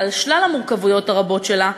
על שלל המורכבויות הרבות שלה,